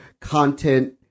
content